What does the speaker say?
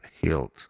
healed